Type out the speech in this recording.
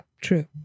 true